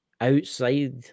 outside